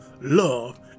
love